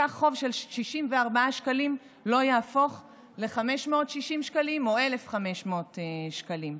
כך חוב של 64 שקלים לא יהפוך ל-560 שקלים או ל-1,500 שקלים.